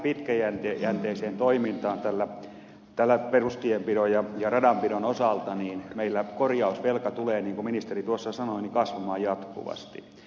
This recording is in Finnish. ellemme pääse pitkäjänteiseen toimintaan perustienpidon ja radanpidon osalta niin meillä korjausvelka tulee niin kuin ministeri tuossa sanoi kasvamaan jatkuvasti